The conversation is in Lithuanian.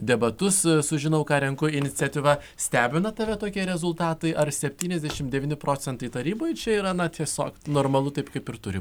debatus su žinau ką renku iniciatyva stebina tave tokie rezultatai ar septyniasdešimt devyni procentai taryboje čia yra na tiesiog normalu taip kaip ir turi